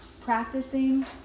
practicing